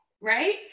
right